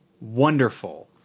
Wonderful